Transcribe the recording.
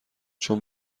چون